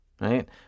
right